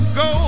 go